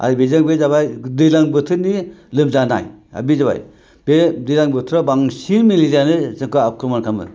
आरो बेजों बे जाबाय दैज्लां बोथोरनि लोमजानाय बे जाबाय बे दैज्लां बोथोराव बांसिन मेलेरियायानो आख्रम'न खालामो